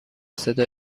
صدا